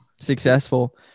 Successful